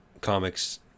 comics